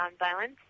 Nonviolence